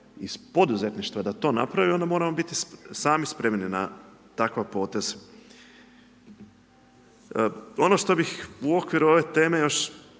iz poduzetništva da to napravi onda moram biti sami spremni na takav potez. Ono što bih u okviru ove teme još